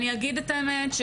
אגיד את האמת,